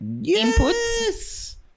Yes